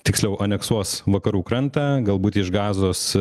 tiksliau aneksuos vakarų krantą galbūt iš gazos